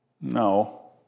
No